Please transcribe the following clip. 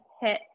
hit